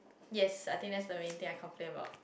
yes I think that's the main thing I complain about